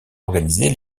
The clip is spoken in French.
organiser